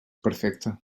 perfecte